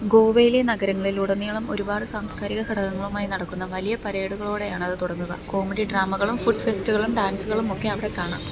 ഗോവയിലെ നഗരങ്ങളിൽ ഉടനീളം ഒരുപാട് സാംസ്കാരിക ഘടകങ്ങളുമായി നടക്കുന്ന വലിയ പരേഡുകളോടെയാണത് തുടങ്ങുക കോമഡി ഡ്രാമകളും ഫുഡ് ഫെസ്റ്റുകളും ഡാൻസുകളും ഒക്കെ അവിടെ കാണാം